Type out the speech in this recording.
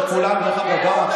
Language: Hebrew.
בגלל שכולנו, גם עכשיו,